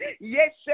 Yes